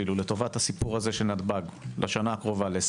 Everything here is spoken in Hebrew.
לטובת הסיפור הזה של נתב"ג ל-2023,